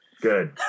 Good